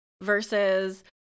versus